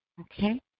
Okay